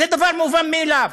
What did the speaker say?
זה דבר מובן מאליו.